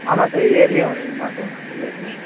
ஆமாம் sir yearly one மாற்றுவோம் sir yearly one